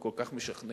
וכל כך משכנע,